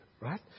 Right